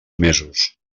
mesos